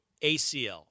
ACL